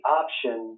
option